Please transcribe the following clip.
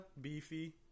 beefy